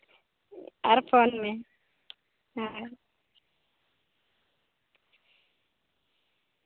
ᱟᱨ phone ᱢᱮ ᱦᱮᱸ